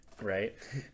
Right